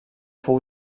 fou